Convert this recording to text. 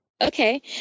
Okay